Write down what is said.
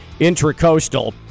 Intracoastal